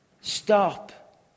Stop